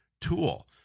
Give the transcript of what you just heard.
tool